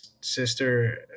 sister